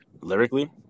Lyrically